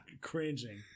cringing